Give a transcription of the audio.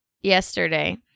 yesterday